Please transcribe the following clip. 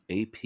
ap